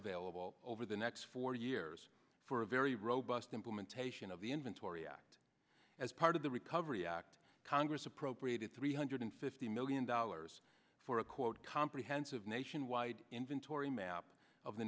available over the next four years for a very robust implementation of the inventory act as part of the recovery act congress appropriated three hundred fifty million dollars for a quote comprehensive nationwide inventory map of the